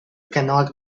cannot